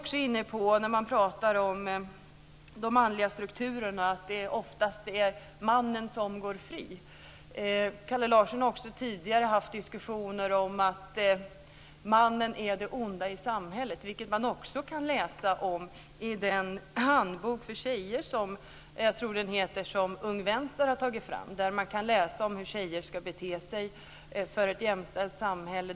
Kalle Larsson talar om de manliga strukturerna och säger att det oftast är mannen som går fri. Kalle Larsson har tidigare också fört diskussioner om att mannen är det onda i samhället, vilket man också kan läsa om i den handbok för tjejer som Ung Vänster har tagit fram. Man kan där läsa om hur tjejer ska bete sig i ett jämställt samhälle.